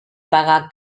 pagar